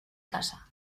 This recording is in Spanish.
casa